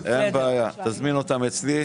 תזמין אותם אלי.